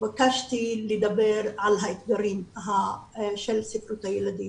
התבקשתי לדבר על האתגרים של ספרות הילדים.